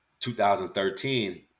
2013